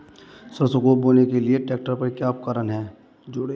सरसों को बोने के लिये ट्रैक्टर पर क्या उपकरण जोड़ें?